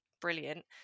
brilliant